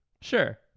Sure